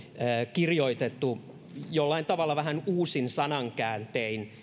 kirjoitettu jollain tavalla vähän uusin sanankääntein